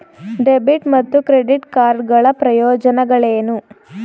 Debit ಮತ್ತು credit card ಗಳ ಪ್ರಯೋಜನಗಳೇನು?